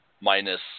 minus